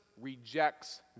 rejects